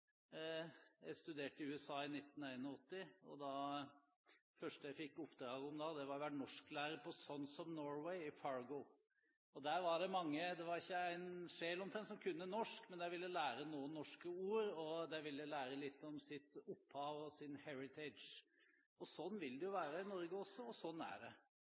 Jeg studerte i USA i 1981, og det første jeg fikk oppdrag om da, var å være norsklærer på Sons of Norway i Fargo. Der var det mange – det var omtrent ikke en sjel som kunne norsk – som ville lære noen norske ord, og de ville lære litt om sitt opphav og sin «heritage». Sånn vil det jo være i Norge også, og sånn er det.